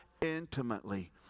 intimately